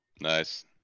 Nice